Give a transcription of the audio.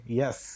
yes